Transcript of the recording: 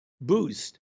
boost